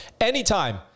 Anytime